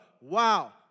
wow